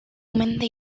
mende